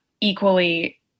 equally